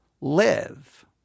live